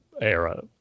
era